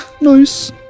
Nice